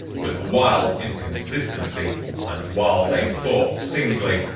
with wild inconsistency and while they fought singly,